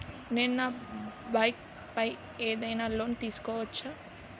నేను నా బైక్ పై ఏదైనా లోన్ తీసుకోవచ్చా?